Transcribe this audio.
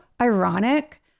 ironic